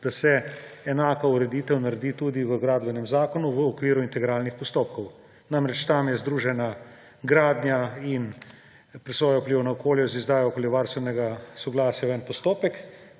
da se enaka ureditev naredi tudi v Gradbenem zakonu v okviru integralnih postopkov, tam je namreč združena gradnja in presoja vplivov na okolje z izdajo okoljevarstvenega soglasja v en postopek.